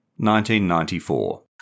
1994